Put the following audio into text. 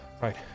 Right